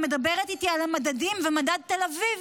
היא מדברת איתי על המדדים ומדד תל אביב,